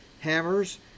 hammers